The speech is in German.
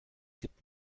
gibt